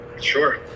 Sure